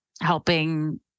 helping